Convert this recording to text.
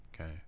okay